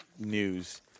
News